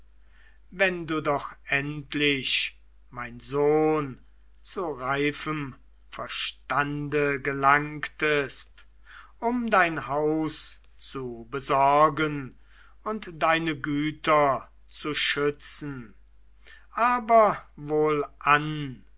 wenn du doch endlich mein sohn zu reifem verstande gelangtest um dein haus zu besorgen und deine güter zu schützen aber wohlan wer